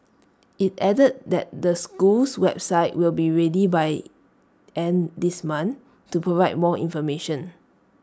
IT added that the school's website will be ready by end this month to provide more information